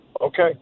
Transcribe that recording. Okay